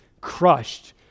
crushed